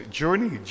journey